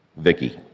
vicky.